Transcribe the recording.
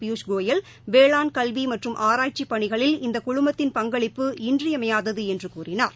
பியூஷ்கோயல் வேளாண்கல்வி மற்றும் ஆராய்ச்சி பணிகளில் இந்த குழுமத்தின் பங்களிப்பு இன்றியமையாதது என்று கூறினார்